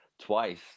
twice